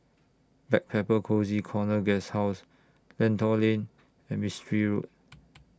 Backpacker Cozy Corner Guesthouse Lentor Lane and Mistri Road